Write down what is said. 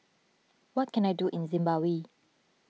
what can I do in Zimbabwe